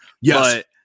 Yes